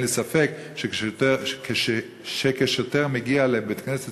אין לי ספק שכששוטר מגיע לבית-כנסת